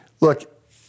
look